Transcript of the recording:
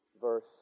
verse